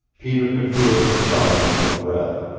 peter could hear her sobbing for breath.